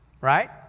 Right